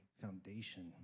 foundation